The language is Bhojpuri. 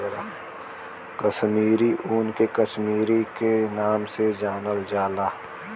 कसमीरी ऊन के कसमीरी क नाम से जानल जाला